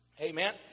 Amen